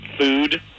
Food